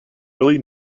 really